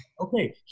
okay